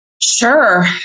Sure